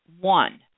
One